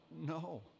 No